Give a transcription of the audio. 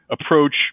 approach